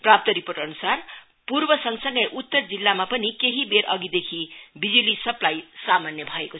प्राप्त रिपोर्टअन्सार पूर्व सँगसँगै उत्तर जिल्लामा पनि केही वेरअघिदेखि बिज्ली सप्लाई सामन्य भएको छ